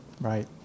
Right